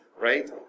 right